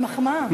מחמאה.